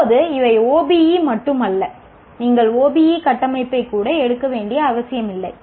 இப்போது இவை OBE மட்டுமல்ல நீங்கள் OBE கட்டமைப்பைக் கூட எடுக்க வேண்டிய அவசியமில்லை